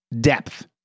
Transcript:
depth